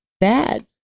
bad